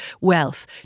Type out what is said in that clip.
wealth